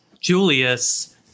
Julius